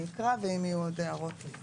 אני אקרא ואם יהיו עוד הערות אז